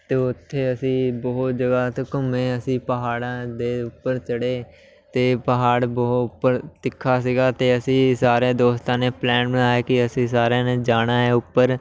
ਅਤੇ ਉੱਥੇ ਅਸੀਂ ਬਹੁਤ ਜਗ੍ਹਾ 'ਤੇ ਘੁੰਮੇ ਅਸੀਂ ਪਹਾੜਾਂ ਦੇ ਉੱਪਰ ਚੜ੍ਹੇ ਅਤੇ ਪਹਾੜ ਬਹੁਤ ਉੱਪਰ ਤਿੱਖਾ ਸੀਗਾ ਅਤੇ ਅਸੀਂ ਸਾਰਿਆਂ ਦੋਸਤਾਂ ਨੇ ਪਲੈਨ ਬਣਾਇਆ ਕਿ ਅਸੀਂ ਸਾਰਿਆਂ ਨੇ ਜਾਣਾ ਹੈ ਉੱਪਰ